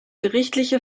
gerichtliche